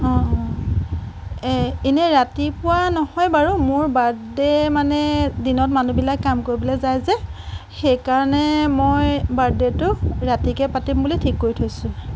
অঁ অঁ এ এনেই ৰাতিপুৱা নহয় বাৰু মোৰ বাৰ্থডে' মানে দিনত মানুহবিলাকে কাম কৰিবলৈ যায় যে সেইকাৰণে মই বাৰ্থডে'টো ৰাতিকে পাতিম বুলি ঠিক কৰি থৈছো